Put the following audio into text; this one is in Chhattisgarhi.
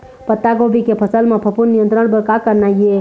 पत्तागोभी के फसल म फफूंद नियंत्रण बर का करना ये?